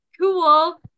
cool